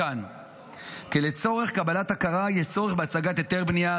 מכאן כי לצורך קבלת הכרה יש צורך בהצגת היתר בנייה.